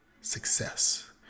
success